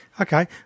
Okay